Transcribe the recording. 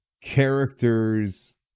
characters